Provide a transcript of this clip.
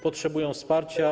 Potrzebują wsparcia.